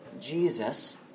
Jesus